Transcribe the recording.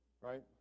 right